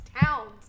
towns